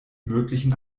möglichen